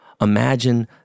Imagine